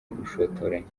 ubushotoranyi